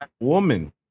woman